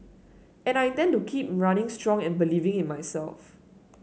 and I intend to keep running strong and believing in myself